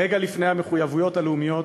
רגע לפני המחויבויות הלאומיות,